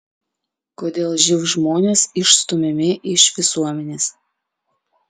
kodėl živ žmonės išstumiami iš visuomenės